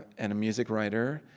and a music writer,